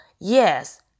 yes